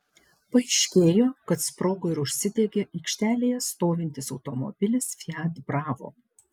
paaiškėjo kad sprogo ir užsidegė aikštelėje stovintis automobilis fiat bravo